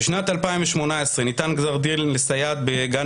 בשנת 2018 ניתן גזר דין לסייעת בגן